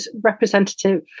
representative